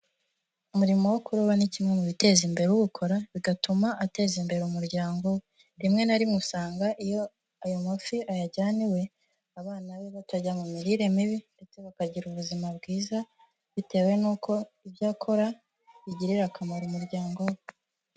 Umurimo wo kuroba ni kimwe mu biteza imbere uwukora bigatuma ateza imbere umuryango, rimwe na rimwe usanga iyo ayo mafi ayajyana iwe abana be batajya mu mirire mibi ndetse bakagira ubuzima bwiza bitewe n'uko ibyo akora bigirira akamaro umuryango we.